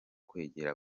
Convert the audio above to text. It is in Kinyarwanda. kwegera